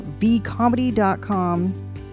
vcomedy.com